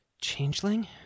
Changeling